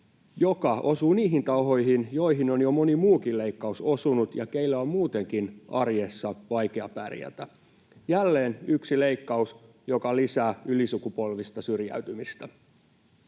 joka osuu niihin tahoihin, joihin on jo moni muukin leikkaus osunut ja joiden on muutenkin arjessa vaikea pärjätä — jälleen yksi leikkaus, joka lisää ylisukupolvista syrjäytymistä.